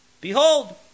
Behold